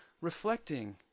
reflecting